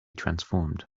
transformed